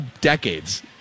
decades